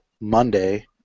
Monday